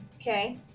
okay